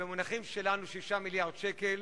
במונחים שלנו 6 מיליארדי שקל,